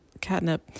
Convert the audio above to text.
catnip